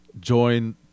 join